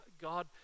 God